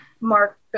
Mark